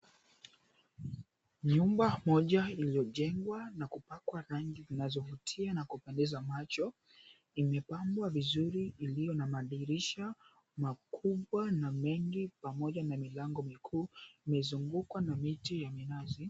Nyumba moja iliyojengwa, na kupakwa rangi zinazovutia na kupendeza macho. Imepambwa vizuri, iliyo na madirisha makubwa na mengi, pamoja na milango mikuu. Imezungukwa na miti ya minazi.